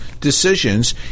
decisions